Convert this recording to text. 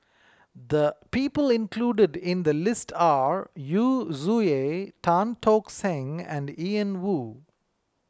the people included in the list are Yu Zhuye Tan Tock Seng and Ian Woo